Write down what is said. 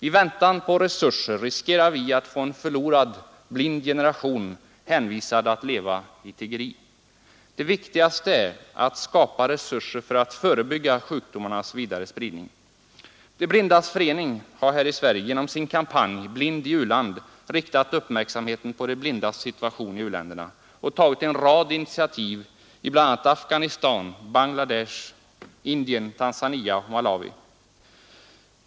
I väntan på resurser riskerar vi att få en förlorad, blind generation, hänvisad till att leva av tiggeri. Det viktigaste är därför att skapa resurser för att förebygga sjukdomarnas vidare spridning. De blindas förening här i Sverige har genom sin kampanj Blind i u-land riktat uppmärksamheten på de blindas situation i u-länderna och tagit en rad initiativ i bl.a. Afganistan, Bangladesh, Indien, Tanzania och Malawi.